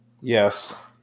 Yes